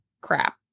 crap